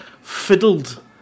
fiddled